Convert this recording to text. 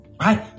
Right